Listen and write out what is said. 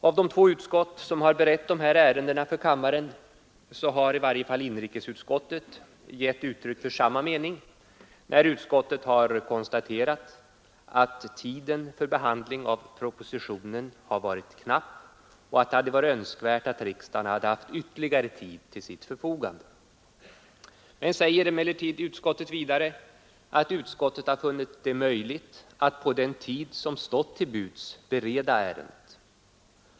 Av de två utskott som berett dessa ärenden för kammaren, har i varje fall inrikesutskottet gett uttryck åt samma mening, när utskottet konstaterat att tiden för behandling av propositionen har varit knapp, och att det hade varit önskvärt att riksdagen haft ytterligare tid till sitt förfogande. Utskottet säger emellertid vidare, att utskottet funnit det möjligt att på den tid som står till buds bereda ärendet.